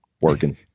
working